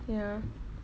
ya